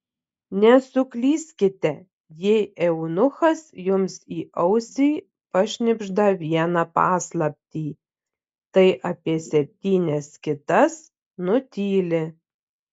nesuklyskite jei eunuchas jums į ausį pašnibžda vieną paslaptį tai apie septynias kitas nutyli